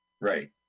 Right